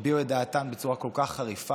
הביעו את דעתן בצורה כל כך חריפה,